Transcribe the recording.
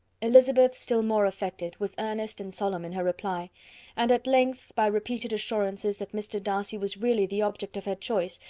elizabeth, still more affected, was earnest and solemn in her reply and at length, by repeated assurances that mr. darcy was really the object of her choice,